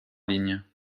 ligne